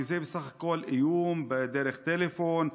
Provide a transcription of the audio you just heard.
כי זה בסך הכול איום דרך טלפון,